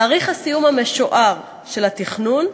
תאריך הסיום המשוער של התכנון,